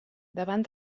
davant